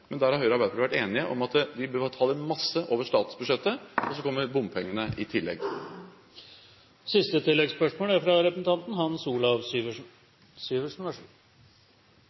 har Høyre og Arbeiderpartiet vært enige om at vi bør betale mye over statsbudsjettet. Så kommer bompengene i tillegg.